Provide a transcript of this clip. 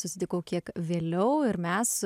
susitikau kiek vėliau ir mes